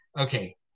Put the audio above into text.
Okay